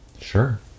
Sure